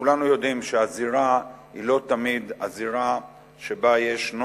כולנו יודעים שהזירה היא לא תמיד הזירה שבה ישנו